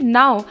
now